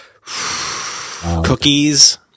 cookies